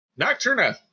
Nocturna